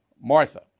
Martha